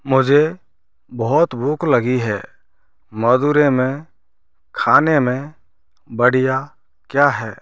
मुझे बहुत भूख लगी है मदुरै में खाने में बढ़िया क्या है